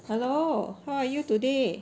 hello how are you today